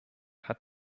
hat